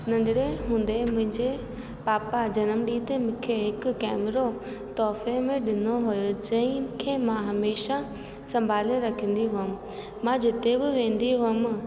नंढिणे हूंदे मुंहिंजे पापा जनमॾींहं ते मूंखे हिकु कैमरो तुहिफ़े में ॾिनो हुओ चयईं की मां हमेशा संभाले रखंदी हुअमि मां जिते बि वेंदी हुअमि